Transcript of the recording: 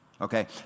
Okay